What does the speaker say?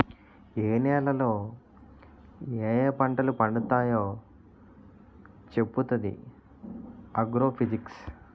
ఏ నేలలో యాయా పంటలు పండుతావో చెప్పుతాది ఆగ్రో ఫిజిక్స్